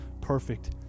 perfect